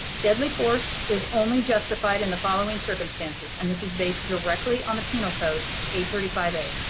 deadly force is only justified in the following circumstances. and this is based directly on the penal code, a three five a.